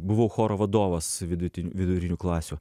buvau choro vadovas viduti vidurinių klasių